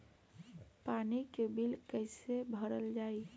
पानी के बिल कैसे भरल जाइ?